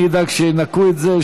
אני אדאג שינקו את זה.